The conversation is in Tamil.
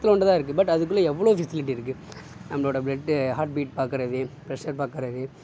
இத்தினொன்டு தான் இருக்குது பட் அதுக்குள்ள எவ்வளோ பெசிலிட்டி இருக்குது நம்மளோட ப்ளட்டு ஹார்ட்பீட் பார்க்கிறது ப்ரஷர் பார்க்கிறது